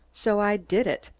so i did it.